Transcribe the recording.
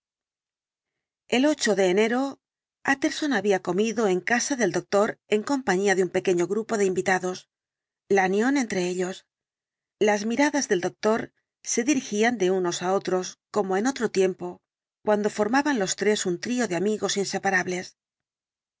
el ocho de enero utterson había comido en casa del doctor en compañía de un pequeño grupo de invitados lanyón entre ellos las miradas del doctor se dirigían de unos á otros como en otro tiempo cuando formaban los tres un trío de amigos inseparables